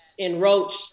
enroached